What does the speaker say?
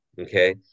Okay